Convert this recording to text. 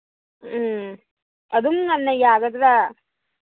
ꯎꯝ ꯑꯗꯨꯝ ꯉꯟꯅ ꯌꯥꯒꯗ꯭ꯔꯥ